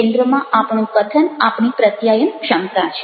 કેન્દ્રમાં આપણું કથન આપણી પ્રત્યાયન ક્ષમતા છે